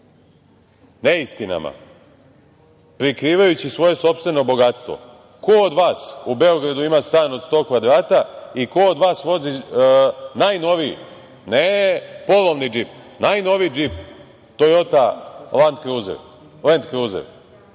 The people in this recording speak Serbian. neistinama prikrivajući svoje sopstveno bogatstvo, ko od vas u Beogradu ima stan od sto kvadrata i ko od vas vozi najnoviji, ne polovni džip, najnoviji džip Tojota Lend kruzer?